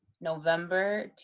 November